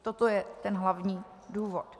Toto je ten hlavní důvod.